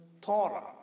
Torah